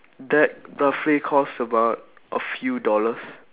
that roughly costs about a few dollars